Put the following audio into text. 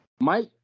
Mike